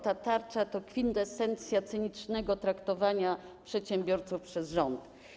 Ta tarcza to kwintesencja cynicznego traktowania przedsiębiorców przez rząd.